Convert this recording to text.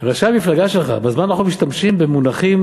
ראשי המפלגה שלך בזמן האחרון משתמשים במונחים